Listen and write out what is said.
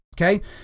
okay